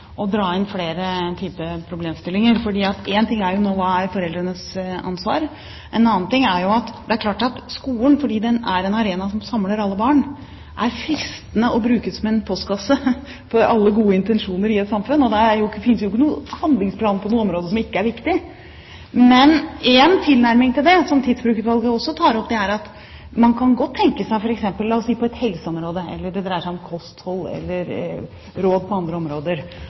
dra inn flere typer problemstillinger. For én ting er jo hva som er foreldrenes ansvar, en annen ting er at det er klart at skolen, fordi den er en arena som samler alle barn, er fristende å bruke som en postkasse for alle gode intensjoner i et samfunn, og det finnes jo ikke noen handlingsplan på noe område som ikke er viktig. Men en tilnærming til det, som Tidsbrukutvalget også tar opp, er at man la oss si på et helseområde, eller det dreier seg om kosthold eller råd på andre områder